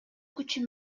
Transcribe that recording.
күчү